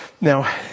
Now